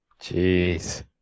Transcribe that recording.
Jeez